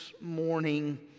morning